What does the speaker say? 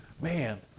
Man